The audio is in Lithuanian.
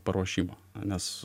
paruošimo nes